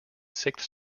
sixth